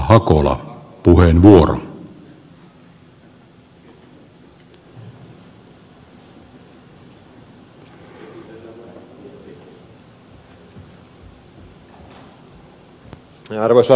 arvoisa herra puhemies